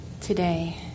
today